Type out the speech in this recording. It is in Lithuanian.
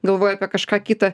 galvoji apie kažką kitą